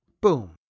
Boom